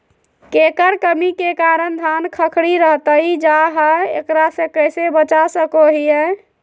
केकर कमी के कारण धान खखड़ी रहतई जा है, एकरा से कैसे बचा सको हियय?